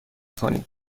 کنید